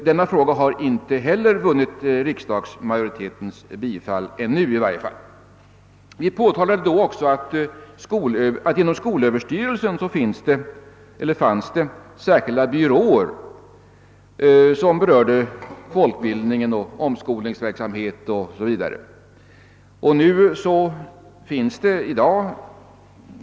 Denna fråga har i varje fall inte ännu vunnit riksdagsmajoritetens bifall. Vi påpekade 1967 i vår skrift också att det inom 'skolöverstyrelsen fanns särskilda byråer som handlade frågor rörande folkbildning, omskolningsverksamhet o.s.v.